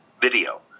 video